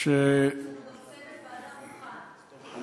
יש לנו גם צוות ועדה מוכן, נכון?